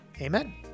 amen